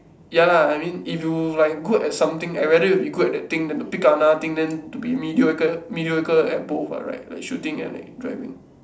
ya lah I mean if you like good at something I rather you be good at that thing and then pick up another thing then to be mediocre mediocre at both what right like at shooting and at driving